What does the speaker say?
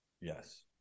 Yes